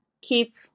keep